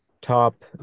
top